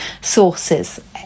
sources